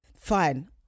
Fine